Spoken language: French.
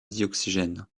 dioxygène